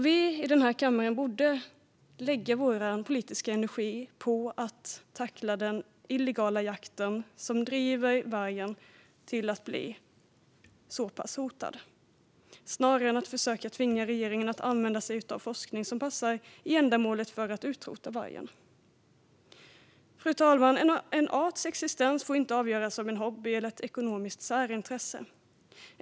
Vi i denna kammare borde alltså lägga vår politiska energi på att tackla den illegala jakten, som driver vargen till att bli så här pass hotad, snarare än att försöka tvinga regeringen att använda sig av forskning som passar till ändamålet att utrota vargen. Fru talman! En arts existens får inte avgöras av en hobby eller ett ekonomiskt särintresse.